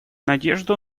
надежду